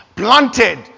Planted